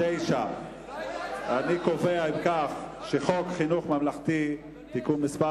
אני קובע שחוק חינוך ממלכתי (תיקון מס'